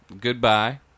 goodbye